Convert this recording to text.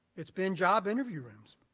it's been job interview rooms.